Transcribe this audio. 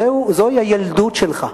זוהי הילדות שלך.